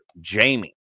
Jamie